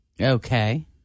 Okay